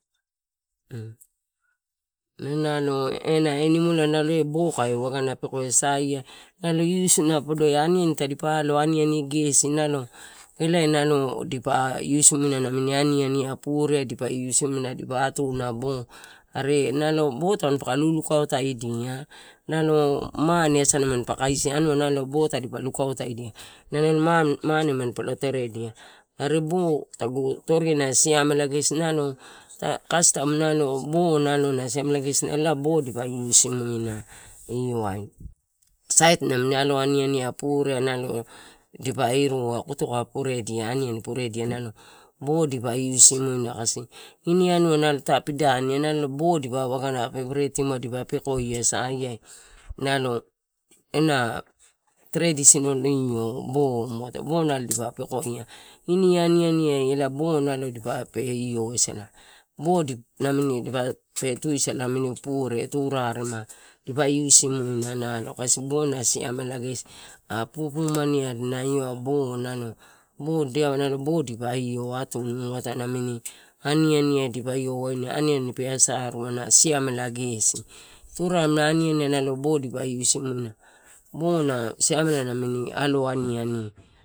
Inau nalo ela animal ai ena bo kae waga pekoia nalo iusla podoi dipa alo ani ani gesi nalo elae anua dipa iusimuna ani ani ai pure ai, dipa atuna bo are nalo bo tanipa lulukautadia nalo mane asa manpa kaisi, anua nalo bo tadipa lukauto dia nalo mane manpa lo teredia, are bo na siamela, gesi nalo kastam nalo bo na siamela gesi nalo elae bo dipa iusimuina io ai, sait naming alo ani ani ai purea dipa irua, koteka purela, ani ani puredia nalo ba dipa iusimu dia, ini anua ita pidaniai bo dipa wagana peperetionua dipa pekoia saiai nalo ena traditional io bo mu atae bo nalo dipa pekoia, ini ani ani ai bo nalo pe io wasala, bo nalo pe tusala namini pure petusala turarema dipa iusimu dia kusi bo, na siamela gesi aga pupu maniai bo nalo, bo dedeau bo dipa atunu muatae amini ani ani ai dipa lo waina ani ani pe asaru na siamela gesi, turarema ani ani nalo badipa iusimu a bo na sia mela namini alo, ani ani.